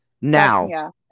Now